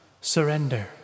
surrender